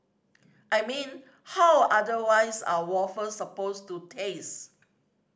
I mean how otherwise are waffles supposed to taste